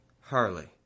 Harley